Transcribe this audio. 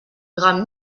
gram